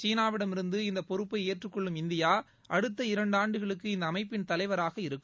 சீனாவிடமிருந்து இந்த பொறுப்பை ஏற்றுக்கொள்ளும் இந்தியா அடுத்த இரண்டாண்டுகளுக்கு இந்த அமைப்பின் தலைவராக இருக்கும்